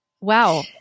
wow